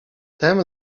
tem